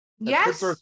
yes